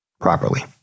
properly